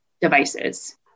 devices